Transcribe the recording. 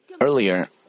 earlier